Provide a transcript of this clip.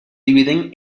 dividen